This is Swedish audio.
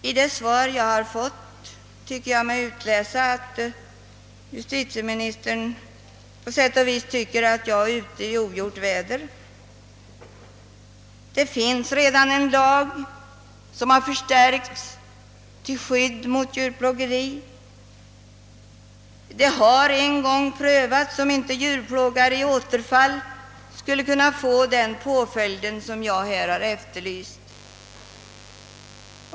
I det svar jag har fått tycker jag mig utläsa, att justitieministern på sätt och vis anser att jag är ute i ogjort väder. Det finns redan en lag, som nyligen har skärpts, till skydd mot djurplågeri, och det har en gång prövats om inte djurplågare i återfall skulle kunna få den påföljd som jag här efterlyst.